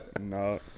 No